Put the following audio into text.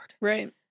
Right